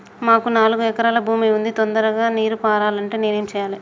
మాకు నాలుగు ఎకరాల భూమి ఉంది, తొందరగా నీరు పారాలంటే నేను ఏం చెయ్యాలే?